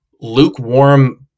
lukewarm